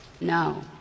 No